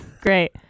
Great